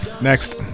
Next